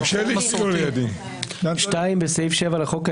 תיקון סעיף 7 2. בסעיף 7 לחוק העיקרי,